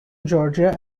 georgia